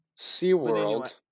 SeaWorld